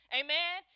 amen